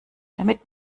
damit